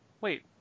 wait